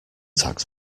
tax